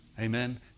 Amen